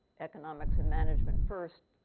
economics and management, first,